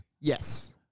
Yes